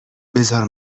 بزار